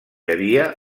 havia